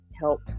help